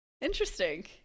interesting